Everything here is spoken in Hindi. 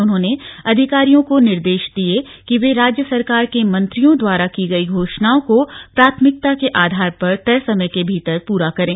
उन्होंने अधिकारियों को निर्देश दिए कि वे राज्य सरकार के मंत्रियों द्वारा की गई घोषणाओं को प्राथमिकता के आधार पर तय समय के भीतर पूरा करें